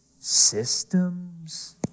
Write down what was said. systems